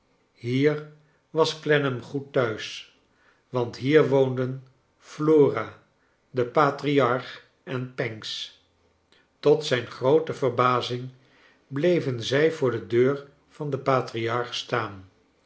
hier was clennam goed thuis want hier woonden flora de patriarch en pancks tot zijn groote verbazing bleven zij voor de deur van den patriarch staan